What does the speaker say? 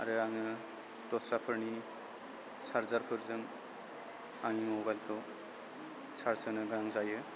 आरो आङो दस्राफोरनि सार्जारफोरजों आंनि मबाइलखौ सार्ज होनो गोनां जायो